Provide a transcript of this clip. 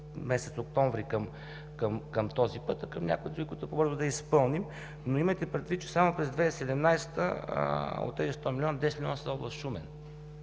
месец октомври към този път, а към някои други, които по-бързо да изпълним. Имайте предвид, че само през 2017 г. от тези 100 млн. лв. – 10 млн. лв. са в област Шумен.